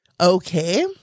okay